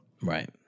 right